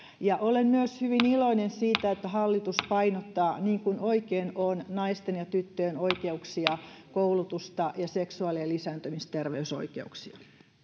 olen myös hyvin iloinen siitä että hallitus painottaa niin kuin oikein on naisten ja tyttöjen oikeuksia koulutusta ja seksuaali ja lisääntymisterveysoikeuksia